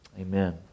Amen